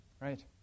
Right